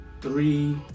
three